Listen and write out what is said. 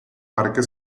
parque